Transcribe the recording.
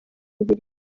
bubiligi